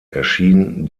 erschien